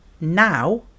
now